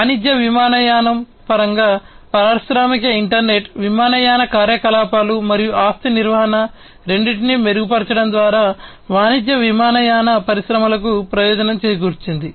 వాణిజ్య విమానయానం పరంగా పారిశ్రామిక ఇంటర్నెట్ విమానయాన కార్యకలాపాలు మరియు ఆస్తి నిర్వహణ రెండింటినీ మెరుగుపరచడం ద్వారా వాణిజ్య విమానయాన పరిశ్రమలకు ప్రయోజనం చేకూర్చింది